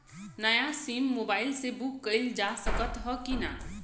नया sim mobile से book कइलजा सकत ह कि ना?